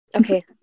Okay